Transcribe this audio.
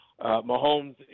Mahomes